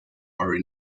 are